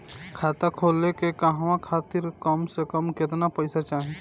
खाता खोले के कहवा खातिर कम से कम केतना पइसा चाहीं?